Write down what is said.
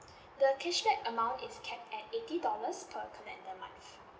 the cashback amount is capped at eighty dollars per calendar month